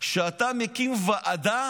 שאתה מקים ועדה